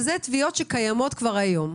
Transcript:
ואלה תביעות שקיימות כבר היום.